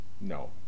No